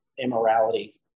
immorality